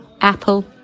Apple